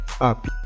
up